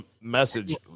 message